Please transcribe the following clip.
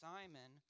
Simon